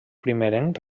primerenc